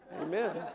amen